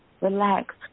Relax